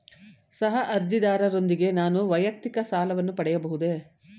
ಸಹ ಅರ್ಜಿದಾರರೊಂದಿಗೆ ನಾನು ವೈಯಕ್ತಿಕ ಸಾಲವನ್ನು ಪಡೆಯಬಹುದೇ?